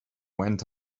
went